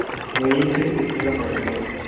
अच्छा तो एक सेट कितने का पड़ेगा उसमें